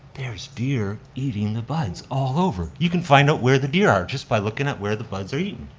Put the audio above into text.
there's deer eating the buds all over. you can find out where the deer are just by looking at where the buds are eaten.